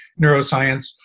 neuroscience